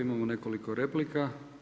Imamo nekoliko replika.